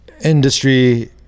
industry